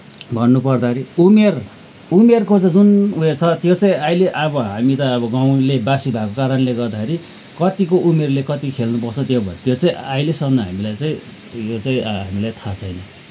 भन्नु पर्दाखेरि उमेर उमेरको चाहिँ जुन ऊ यो छ त्यो चाहिँ आहिले अब हामी त अब गाउँलेवासी भएको कारणले गर्दाखेरि कतिको उमेरले कति खेल्न पाउँछ त्यो चाहिँ अहिलेसम्म हामीलाई चाहिँ यो चाहिँ हामीलाई थाहा छैन